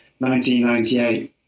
1998